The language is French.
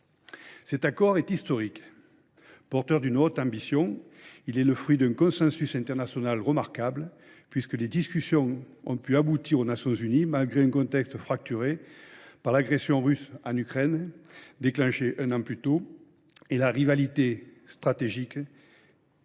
Cet accord est historique. Porteur d’une haute ambition, il est le fruit d’un consensus international remarquable puisque les discussions ont pu aboutir aux Nations unies malgré un contexte fracturé par l’agression russe en Ukraine, déclenchée un an plus tôt, et par la rivalité stratégique sino